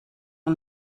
een